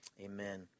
amen